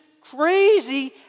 crazy